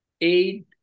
aid